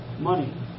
money